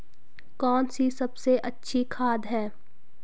कौन सी सबसे अच्छी खाद है?